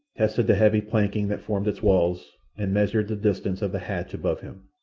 tested the heavy planking that formed its walls, and measured the distance of the hatch above him.